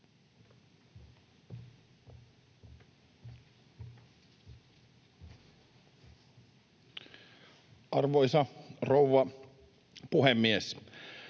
Arvoisa rouva puhemies!